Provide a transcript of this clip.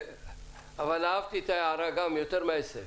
אבל אהבתי את הערה יותר מההישג.